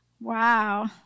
Wow